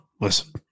listen